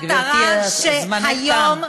מטרה שהיום,